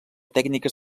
tècniques